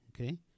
okay